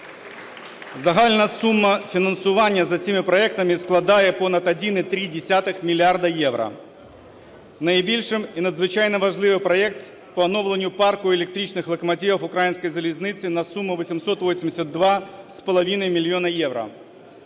Загальна сума фінансування за цими проектами складає понад 1,3 мільярда євро. Найбільший і надзвичайно важливий проект по оновленню парку електричних локомотивів Української залізниці на суму 882,5 мільйона євро.